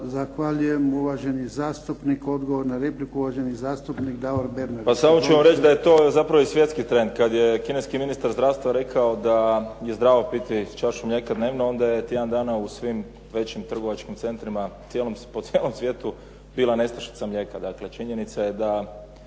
Zahvaljujem. Uvaženi zastupnik, odgovor na repliku uvaženi zastupnik Davor Bernardić. **Bernardić, Davor (SDP)** Pa samo ću vam reći da je to i svjetski trend. Kada je kineskim ministar zdravstva rekao da je zdravo piti čašu mlijeka dnevno, onda je tjedan dana u svim većim trgovačkim centrima po cijelom svijetu bila nestašica mlijeka. Dakle, činjenica je da